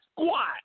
squat